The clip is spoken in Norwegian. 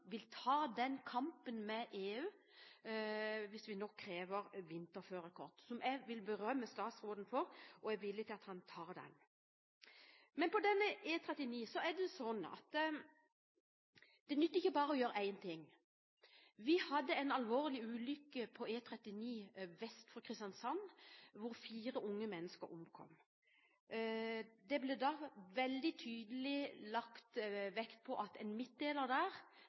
vil ta opp kampen med EU hvis vi krever vinterførerkort, noe jeg vil berømme statsråden for at han er villig til. Når det gjelder E39, nytter det ikke bare å gjøre én ting. Det var en alvorlig ulykke på E39 vest for Kristiansand, hvor fire unge mennesker omkom. Det ble da veldig tydelig lagt vekt på at midtdeler her ville avhjelpe nye ulykker. Jeg vil berømme den daværende samferdselsministeren – det